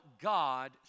God